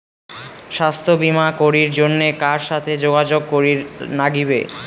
স্বাস্থ্য বিমা করির জন্যে কার সাথে যোগাযোগ করির নাগিবে?